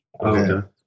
Okay